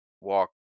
walk